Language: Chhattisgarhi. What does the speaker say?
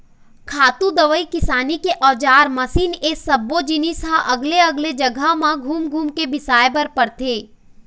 खातू, दवई, किसानी के अउजार, मसीन ए सब्बो जिनिस ह अलगे अलगे जघा म घूम घूम के बिसाए बर परथे